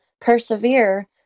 persevere